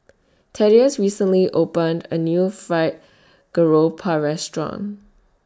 Thaddeus recently opened A New Fried Garoupa Restaurant